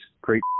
Great